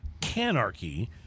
Canarchy